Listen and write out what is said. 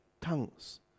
tongues